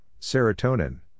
serotonin